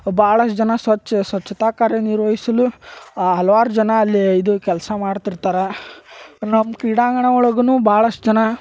ಭಾಳಷ್ಟು ಜನ ಸ್ವಚ್ಛ ಸ್ವಚ್ಛತಾ ಕಾರ್ಯ ನಿರ್ವಹಿಸಲು ಆ ಹಲ್ವಾರು ಜನ ಅಲ್ಲಿ ಇದು ಕೆಲಸ ಮಾಡ್ತಿರ್ತಾರೆ ನಮ್ಮ ಕ್ರೀಡಾಂಗಣ ಒಳಗೂ ಭಾಳಷ್ಟು ಜನ